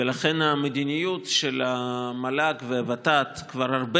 ולכן המדיניות של המל"ג והוות"ת כבר הרבה